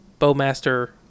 bowmaster